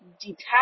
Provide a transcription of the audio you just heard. detach